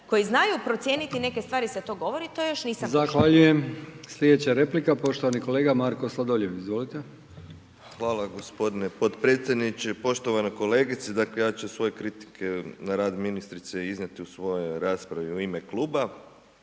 koji znaju procijeniti neke stvari se to govori to još nisam doživjela.